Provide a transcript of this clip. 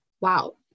wow